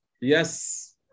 Yes